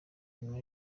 nyuma